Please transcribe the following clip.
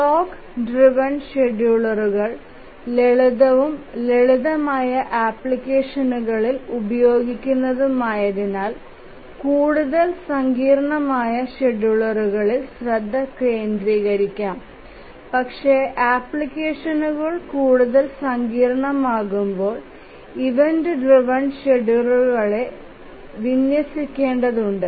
clock driven ഷെഡ്യൂളറുകൾ ലളിതവും ലളിതമായ ആപ്ലിക്കേഷനുകളിൽ ഉപയോഗിക്കുന്നതുമായതിനാൽ കൂടുതൽ സങ്കീർണ്ണമായ ഷെഡ്യൂളറുകളിൽ ശ്രദ്ധ കേന്ദ്രീകരിക്കാം പക്ഷേ ആപ്ലിക്കേഷനുകൾ കൂടുതൽ സങ്കീർണ്ണമാകുമ്പോൾ ഇവന്റ് ഡ്രൈവ്എൻ ഷെഡ്യൂളറുകളെ വിന്യസിക്കേണ്ടതുണ്ട്